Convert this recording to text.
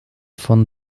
von